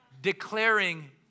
declaring